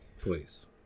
please